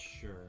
Sure